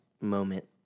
moment